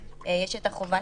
יש את חובת